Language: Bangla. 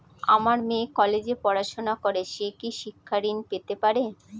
আমার মেয়ে কলেজে পড়াশোনা করে সে কি শিক্ষা ঋণ পেতে পারে?